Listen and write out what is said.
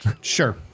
Sure